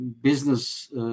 business